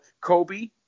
Kobe